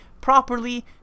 properly